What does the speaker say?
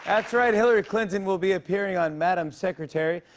that's right. hillary clinton will be appearing on madam secretary.